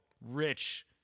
rich